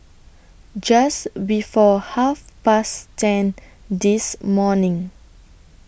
Just before Half Past ten This morning